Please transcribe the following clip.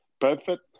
Perfect